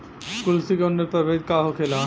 कुलथी के उन्नत प्रभेद का होखेला?